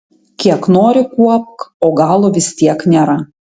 kiek nori kuopk o galo vis tiek nėra